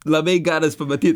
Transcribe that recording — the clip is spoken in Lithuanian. labai geras pamatyt